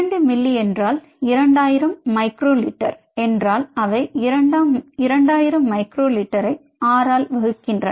2 milli என்றால் 2000 micro litre என்றால் அவை 2000 மைக்ரோ லிட்டரை 6 ஆல் வகுக்கின்றன